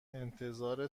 انتظار